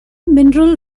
mineral